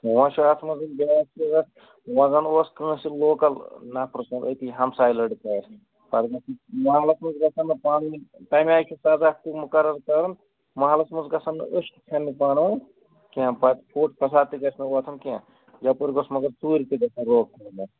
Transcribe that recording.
وۅنۍ چھِ اَتھ منٛز بیٛاکھ چیٖزا وۅنۍ زن اوس کٲنٛسہِ لوکُل نَفر أتی ہمساے لڑکہٕ اَسہِ محلس منٛز گَژھان نہٕ پانہٕ وٲنۍ تَمہِ آیہِ چھِ سَزا تہِ مُقرر کَرُن محلس منٛز گَژھان نہٕ أچھ تہِ ژھٮ۪ننہِ پانہٕ وانۍ کیٚنٛہہ پتہٕ فوٗٹ فَساد تہِ گَژھِ نہٕ وۅتھُن کیٚنٛہہ یَپٲرۍ گوٚژھ مطلب ژوٗرِ تہِ گَژھٕنۍ روک تھام